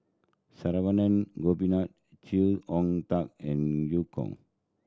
Saravanan Gopinathan Chee Hong Tat and Eu Kong